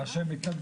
מה שהם מתנגדים.